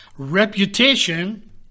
reputation